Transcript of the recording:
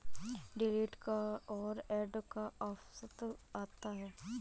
delete का और add का ऑप्शन आता है